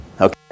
okay